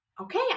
okay